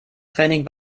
training